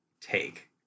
take